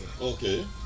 Okay